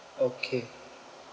okay